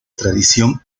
tradición